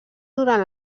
durant